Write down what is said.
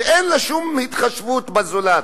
שאין לה שום התחשבות בזולת.